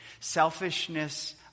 Selfishness